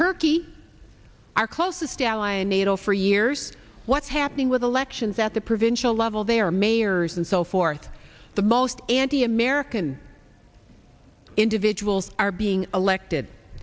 turkey our closest ally in nato for years what's happening with elections at the provincial level they are mayors and so forth the most anti american individuals are being elected